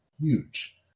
huge